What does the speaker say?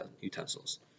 utensils